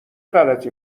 غلطی